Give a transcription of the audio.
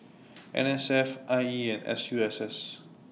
N S F I E and S U S S